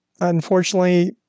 unfortunately